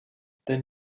then